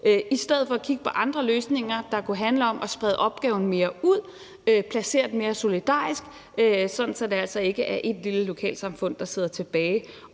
i stedet for kigge på andre løsninger, der kunne handle om at sprede opgaven mere ud, placere dem mere solidarisk, sådan at det altså ikke er ét lille lokalsamfund, der sidder tilbage,